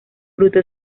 fruto